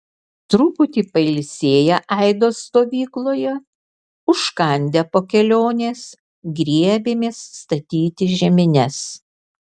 truputį pailsėję aido stovykloje užkandę po kelionės griebėmės statyti žemines